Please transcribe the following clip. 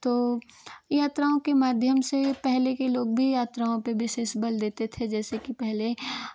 तो यात्राओं के माध्यम से पहले के लोग भी यात्राओं पे विशेष बल देते थे जैसे कि पहले